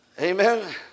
amen